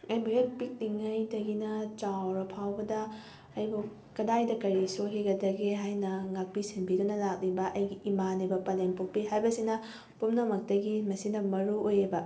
ꯑꯩꯕꯨ ꯍꯦꯛ ꯄꯤꯛꯂꯤꯉꯩꯗꯒꯤꯅ ꯆꯥꯎꯔ ꯐꯥꯎꯕꯗ ꯑꯩꯕꯨ ꯀꯗꯥꯏꯗ ꯀꯔꯤ ꯁꯣꯏꯈꯤꯒꯗꯒꯦ ꯍꯥꯏꯅ ꯉꯥꯛꯄꯤ ꯁꯟꯕꯤꯗꯨꯅ ꯂꯥꯛꯂꯤꯕ ꯑꯩꯒꯤ ꯏꯃꯥꯅꯦꯕ ꯄꯂꯦꯝ ꯄꯣꯛꯄꯤ ꯍꯥꯏꯕꯁꯤꯅ ꯄꯨꯝꯅꯃꯛꯇꯒꯤ ꯃꯁꯤꯅ ꯃꯔꯨꯑꯣꯏꯌꯦꯕ